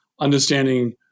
understanding